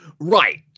Right